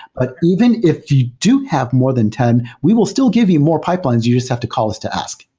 but even if you do have more than ten, we will still give you more pipelines. you just have to call us to ask.